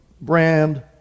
brand